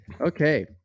okay